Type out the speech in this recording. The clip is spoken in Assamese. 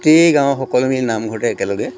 গোটেই গাঁৱৰ সকলো মিলি নামঘৰতে একেলগে